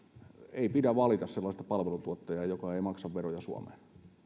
ei pidä valita sellaista palveluntuottajaa joka ei maksa veroja suomeen